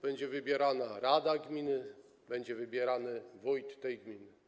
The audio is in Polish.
Będzie wybierana rada gminy, będzie wybierany wójt gminy.